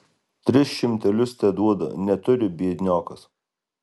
tris šimtelius teduoda neturi biedniokas